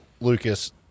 Lucas